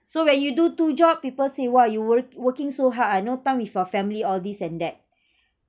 so when you do two job people say !wah! you're wor~ working so hard ah no time with your family all this and that